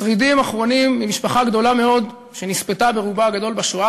שרידים אחרונים ממשפחה גדולה מאוד שנספתה ברובה הגדול בשואה